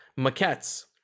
maquettes